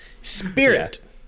Spirit